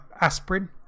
aspirin